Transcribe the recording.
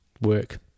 work